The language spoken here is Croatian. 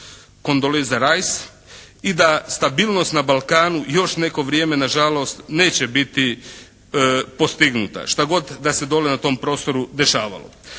Condolisa Rais i da stabilnost na Balkanu još neko vrijeme na žalost neće biti postignuta što god da se dole na tom prostoru dešavalo.